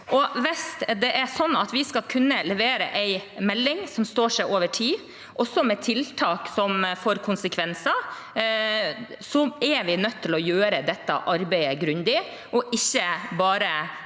at vi skal kunne levere en melding som står seg over tid, også med tiltak som får konsekvenser, er vi nødt til å gjøre dette arbeidet grundig – ikke bare